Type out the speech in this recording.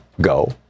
go